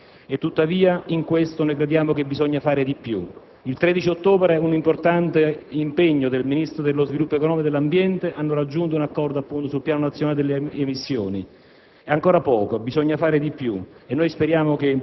attraverso l'incremento dell'efficienza delle fonti rinnovabili e, tuttavia, in questo crediamo che bisogna fare di più. Il 13 ottobre scorso, un importante impegno del Ministro dello sviluppo economico e del Ministro dell'ambiente hanno raggiunto un accordo per il Piano nazionale delle emissioni.